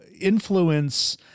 influence